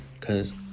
Cause